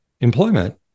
employment